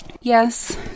Yes